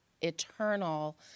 eternal